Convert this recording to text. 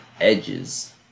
edges